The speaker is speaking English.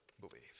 believe